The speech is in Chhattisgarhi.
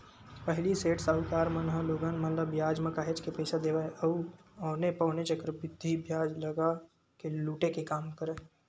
पहिली सेठ, साहूकार मन ह लोगन मन ल बियाज म काहेच के पइसा देवय अउ औने पौने चक्रबृद्धि बियाज लगा के लुटे के काम करय